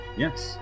Yes